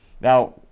Now